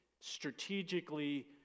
strategically